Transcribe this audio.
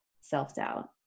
self-doubt